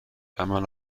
عمل